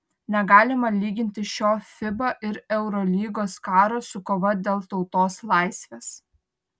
negalima lyginti šio fiba ir eurolygos karo su kova dėl tautos laisvės